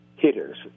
hitters